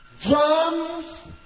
drums